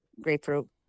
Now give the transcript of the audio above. Grapefruit